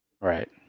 right